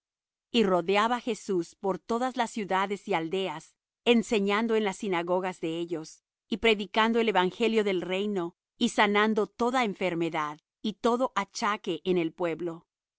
y rodeaba jesús por todas las ciudades y aldeas enseñando en las sinagogas de ellos y predicando el evangelio del reino y sanando toda enfermedad y todo achaque en el pueblo y